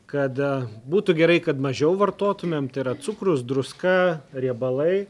kada būtų gerai kad mažiau vartotumėm tėra cukrus druska riebalai